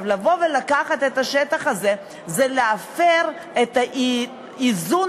לבוא ולקחת את השטח הזה זה להפר את האיזון